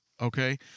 Okay